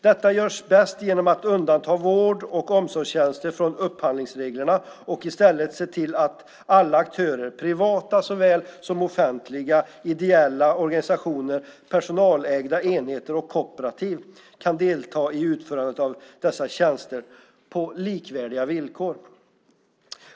Detta görs bäst genom att undanta vård och omsorgstjänster från upphandlingsreglerna och i stället se till att alla aktörer, privata såväl som offentliga, ideella organisationer, personalägda enheter och kooperativ kan delta i utförandet av dessa tjänster på likvärdiga villkor.